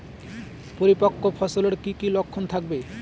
পরিপক্ক ফসলের কি কি লক্ষণ থাকবে?